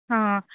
ಹಾಂ